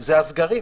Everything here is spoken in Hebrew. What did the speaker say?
הסגרים.